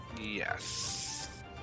Yes